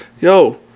Yo